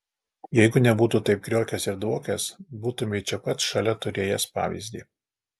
jeigu nebūtų taip kriokęs ir dvokęs būtumei čia pat šalia turėjęs pavyzdį